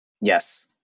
Yes